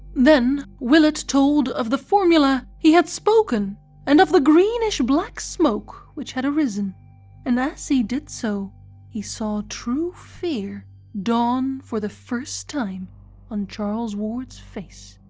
then willett told of the formula he had spoken and of the greenish-black smoke which had arisen and as he did so he saw true fear dawn for the first time on charles ward's face.